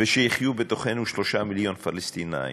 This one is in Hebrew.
ושיחיו בתוכנו 3 מיליון פלסטינים,